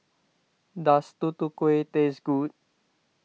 does Tutu Kueh taste good